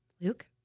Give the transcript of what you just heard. Luke